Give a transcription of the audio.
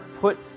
put